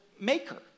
maker